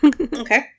Okay